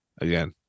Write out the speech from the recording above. again